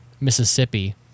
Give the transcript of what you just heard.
Mississippi